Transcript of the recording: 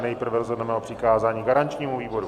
Nejprve rozhodneme o přikázání garančnímu výboru.